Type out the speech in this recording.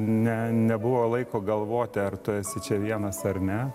ne nebuvo laiko galvoti ar tu esi čia vienas ar ne